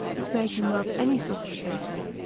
which made him love any sort of adventure,